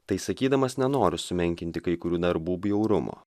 tai sakydamas nenoriu sumenkinti kai kurių darbų bjaurumo